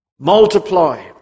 Multiply